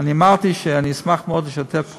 אני אמרתי שאני אשמח מאוד לשתף,